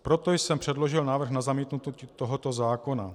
Proto jsem předložil návrh na zamítnutí tohoto zákona.